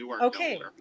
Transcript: okay